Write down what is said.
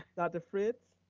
dr. fritz.